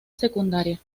secundaria